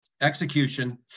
execution